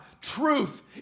truth